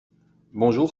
bonjour